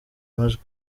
amajwi